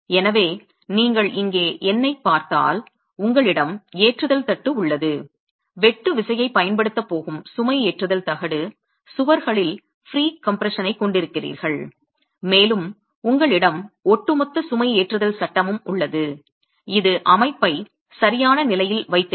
எனவே நீங்கள் இங்கே எண்ணைப் பார்த்தால் உங்களிடம் ஏற்றுதல் தட்டு உள்ளது வெட்டு விசையைப் பயன்படுத்தப் போகும் சுமைஏற்றுதல் தகடு சுவர்களில் ப்ரீகம்ப்ரஷனைக் கொண்டிருக்கிறீர்கள் மேலும் உங்களிடம் ஒட்டுமொத்த சுமைஏற்றுதல் சட்டமும் உள்ளது இது அமைப்பை சரியான நிலையில் வைத்திருக்கும்